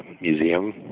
museum